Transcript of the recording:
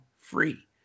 free